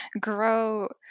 grow